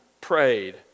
prayed